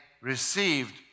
received